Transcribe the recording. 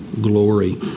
glory